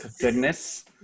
goodness